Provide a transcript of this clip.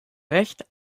recht